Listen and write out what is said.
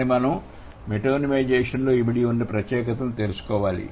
కానీ మనం మీటోనిమైజేషన్ లో ఇమిడి ఉన్న ప్రత్యేకతను తెలుసు కోవాలి